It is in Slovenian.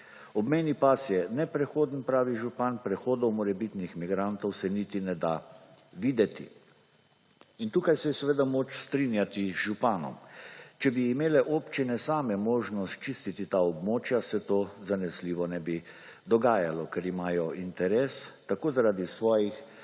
Obmejnih pas je neprehoden pravi župan prehod morebitnih migrantov se niti ne da videti in tukaj se je moč strinjati z županov. Če bi imele občine same možnost čistiti ta območja se to zanesljivo ne bi dogajalo, ker imajo interes tako, zaradi svojih